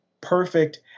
perfect